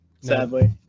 sadly